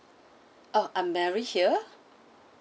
oh I'm marie here